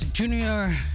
Junior